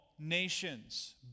nations